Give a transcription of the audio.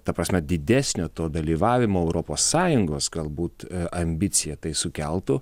ta prasme didesnio to dalyvavimo europos sąjungos galbūt ambiciją tai sukeltų